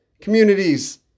communities